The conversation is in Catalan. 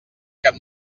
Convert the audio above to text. cap